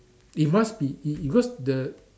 it must be it it because the